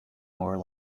more